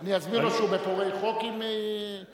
אני אסביר לו שהוא בפורעי חוק אם תיפול?